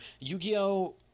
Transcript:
Yu-Gi-Oh